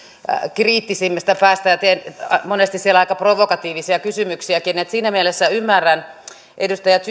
kriittisimmästä päästä ja teen monesti siellä aika provokatiivisia kysymyksiäkin siinä mielessä ymmärrän edustaja